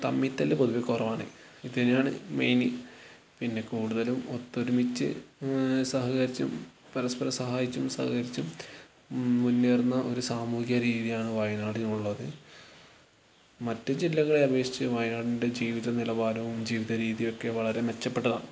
തമ്മിൽ തല്ല് പൊതുവേ കുറവാണ് ഇത് തന്നെയാണ് മെയിൻ പിന്നെ കൂടുതലും ഒത്തൊരുമിച്ച് സഹകരിച്ചും പരസ്പരം സഹായിച്ചും സഹകരിച്ചും മുന്നേറുന്ന ഒരു സാമൂഹ്യരീതിയാണ് വായനാടിനുള്ളത് മറ്റു ജില്ലകളെ അപേക്ഷിച്ച് വായനാടിൻ്റെ ജീവിതനിലവാരവും ജീവിതരീതിയൊക്കെ വളരെ മെച്ചപ്പെട്ടതാണ്